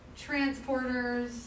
transporters